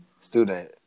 student